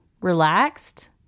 Relaxed